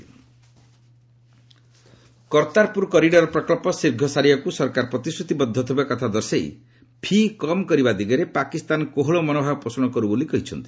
MEM Kartarpur corridor Kartarpur corridor ପ୍ରକଳ୍ପ ଶୀଘ୍ର ସାରିବାକୁ ସରକାର ପ୍ରତିଶ୍ରତିବଦ୍ଧ ଥିବା କଥା ଦର୍ଶାଇ ଫି କମ୍ କରିବା ଦିଗରେ ପାକିସ୍ତାନ କୋହଳ ମନୋଭାବ ପୋଷଣ କର୍ରବୋଲି କହିଛନ୍ତି